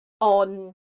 on